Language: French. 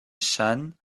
shan